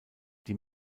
die